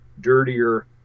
dirtier